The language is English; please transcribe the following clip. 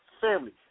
Family